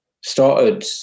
Started